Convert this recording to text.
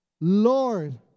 Lord